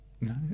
No